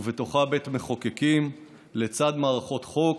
ובתוכה בית מחוקקים לצד מערכות חוק,